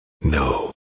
No